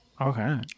Okay